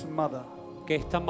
mother